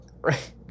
right